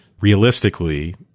Realistically